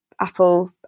Apple